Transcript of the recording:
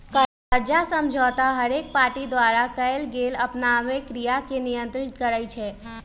कर्जा समझौता हरेक पार्टी द्वारा कएल गेल आपनामे क्रिया के नियंत्रित करई छै